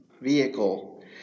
vehicle